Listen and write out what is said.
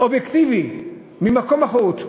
אובייקטיבי ממקום בחוץ,